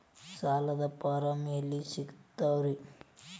ಸಾಲದ ಫಾರಂ ಎಲ್ಲಿ ಸಿಕ್ತಾವ್ರಿ?